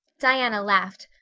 diana laughed.